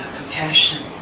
compassion